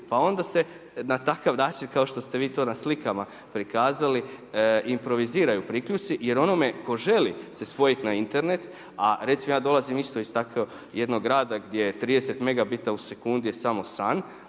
pa onda se na takav način kao što ste vi to na slikama prikazali improviziraju priključci jer onome tko želi se spojiti na Internet, a recimo ja dolazim isto tako jednog rada gdje je 30 megabita u sekundi je samo san,